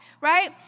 right